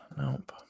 Nope